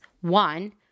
One